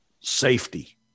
safety